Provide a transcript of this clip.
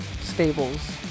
Stables